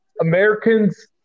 Americans